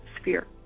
sphere